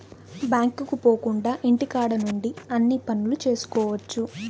బ్యాంకుకు పోకుండా ఇంటికాడ నుండి అన్ని పనులు చేసుకోవచ్చు